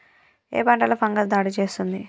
ఏ పంటలో ఫంగస్ దాడి చేస్తుంది?